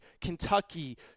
Kentucky